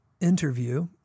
interview